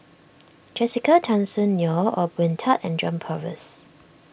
Jessica Tan Soon Neo Ong Boon Tat and John Purvis